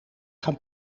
gaan